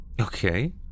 Okay